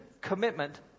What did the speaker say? commitment